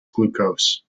glucose